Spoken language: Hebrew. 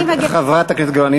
חברת הכנסת גלאון,